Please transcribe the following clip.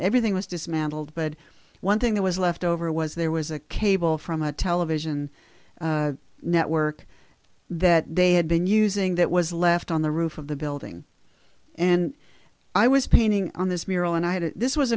everything was dismantled but one thing that was left over was there was a cable from a television network that they had been using that was left on the roof of the building and i was painting on this